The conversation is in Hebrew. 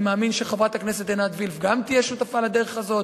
אני מאמין שגם חברת הכנסת עינת וילף תהיה שותפה לדרך הזאת.